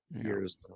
years